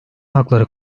hakları